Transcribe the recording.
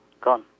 gone